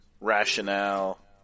rationale